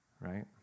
right